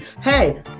Hey